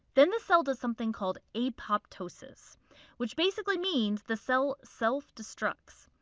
then the cell does something called apoptosis which basically means the cell self destructs.